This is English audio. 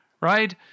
right